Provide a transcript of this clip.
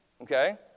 okay